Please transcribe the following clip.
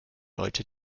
leute